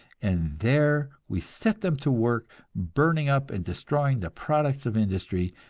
and there we set them to work burning up and destroying the products of industry,